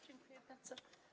Dziękuję bardzo.